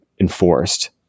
enforced